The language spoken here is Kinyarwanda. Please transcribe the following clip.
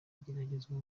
igeragezwa